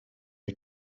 ich